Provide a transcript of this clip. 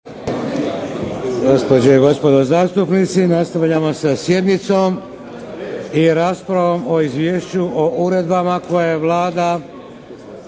Gospođe i gospodo zastupnici, nastavljamo sa sjednicom i raspravom o - Izvješću o uredbama koje je Vlada